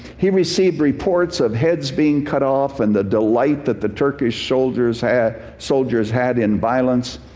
he received reports of heads being cut off and the delight that the turkish soldiers had soldiers had in violence.